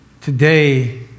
Today